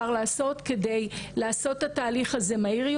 יש את הנושא של עוולה אזרחית ועבירות פליליות.